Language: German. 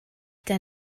der